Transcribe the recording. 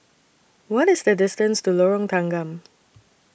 What IS The distance to Lorong Tanggam